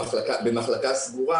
במחלקה סגורה,